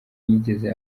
yigeze